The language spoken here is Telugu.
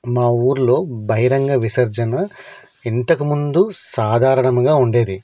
మా ఊళ్ళో బహిరంగ విసర్జన ఇంతకముందు సాధారణంగా ఉండేది